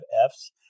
F's